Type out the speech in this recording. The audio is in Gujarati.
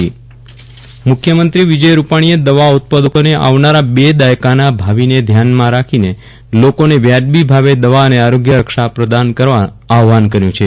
વિરલ રાણા કાર્મા હેલ્થકેર પ્રદર્શન મુખ્યમંત્રી વિજય રૂપાજીએ દવા ઉત્પાદકોને આવનારા બે દાયકાના ભાવિને ધ્યાને રાખી લોકોને વાજબી ભાવે દવા અને આરોગ્ય રક્ષા પ્રદાન કરવા આહવાન કર્યુ છે